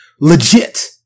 legit